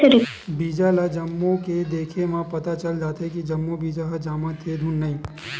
बीजा ल जमो के देखे म पता चल जाथे के जम्मो बीजा ह जामत हे धुन नइ